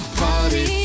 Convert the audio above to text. party